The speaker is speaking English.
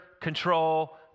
control